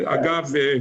אגב,